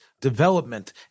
development